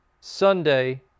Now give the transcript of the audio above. Sunday